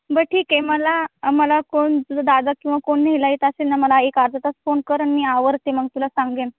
बरं ठीक आहे मला मला कोण तुझा दादा किंवा कोण न्यायला येत असेल ना मला एक अर्धा तास फोन कर आणि मी आवरते मग तुला सांगेन